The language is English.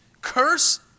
Curse